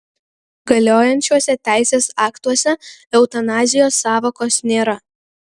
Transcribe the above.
galiojančiuose teisės aktuose eutanazijos sąvokos nėra